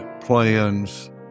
plans